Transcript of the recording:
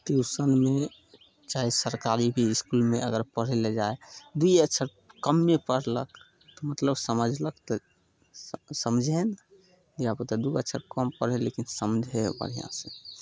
ट्यूशनमे चाहे सरकारी भी इसकुलमे अगर पढ़य लए जाइ हइ दू अक्षर कमे पढ़लक तऽ मतलब समझलक तऽ स् समझै हइ ने धियापुता दू अक्षर कम पढ़ै हइ लेकिन समझै हइ बढ़िआँसँ